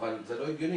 אבל זה לא הגיוני